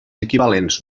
equivalents